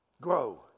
Grow